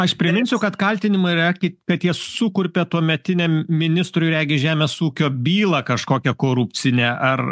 aš priminsiu kad kaltinimai yra kit kad jie sukurpė tuometiniam ministrui regis žemės ūkio bylą kažkokią korupcinę ar